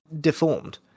deformed